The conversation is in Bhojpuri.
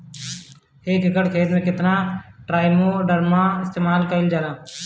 एक एकड़ खेत में कितना ट्राइकोडर्मा इस्तेमाल कईल जाला?